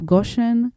Goshen